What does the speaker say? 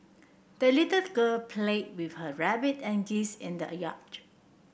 the little girl played with her rabbit and geese in the yard